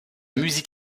musique